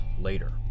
later